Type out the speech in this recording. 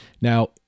Now